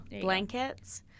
blankets